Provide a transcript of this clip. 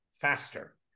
faster